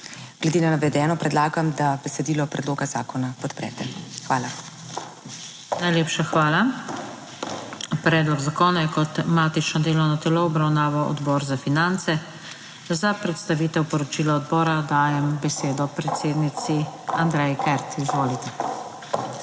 Glede na navedeno predlagam, da besedilo predloga zakona podprete. Hvala. **PODPREDSEDNICA NATAŠA SUKIČ:** Najlepša hvala. Predlog zakona je kot matično delovno telo obravnaval Odbor za finance. Za predstavitev poročila odbora dajem besedo predsednici Andreji Kert. Izvolite.